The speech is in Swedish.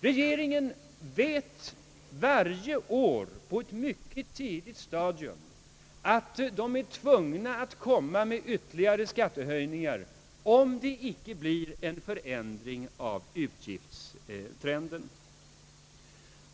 Regeringen vet på ett mycket tidigt stadium varje år att den är tvungen att kräva ytterligare skattehöjningar, om det icke blir en förändring i utgiftstrenden.